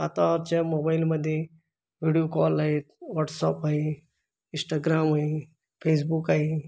आत्ताच्या मोबाईलमध्ये video call आहेत व्हाट्सअप आहे इस्टाग्राम आहे फेसबुक आहे